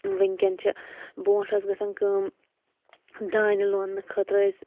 وٕنکٮ۪ن چھِ برٛونٛٹھ ٲس گَژھان کٲم دانہِ لوٚنٕنہٕ خٲطرٕ ٲسۍ